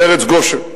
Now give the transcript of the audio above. בארץ גושן.